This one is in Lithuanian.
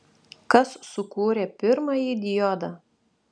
kas sukūrė pirmąjį diodą